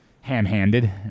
ham-handed